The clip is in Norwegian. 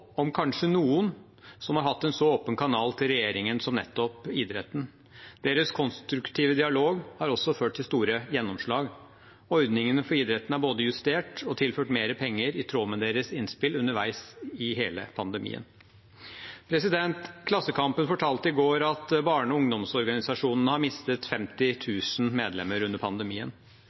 om kanskje noen, som har hatt en så åpen kanal til regjeringen som nettopp idretten. Deres konstruktive dialog har også ført til store gjennomslag. Ordningene for idretten er både justert og tilført mer penger i tråd med deres innspill underveis i hele pandemien. Klassekampen fortalte i går at barne- og ungdomsorganisasjonene har mistet 50 000 medlemmer under pandemien.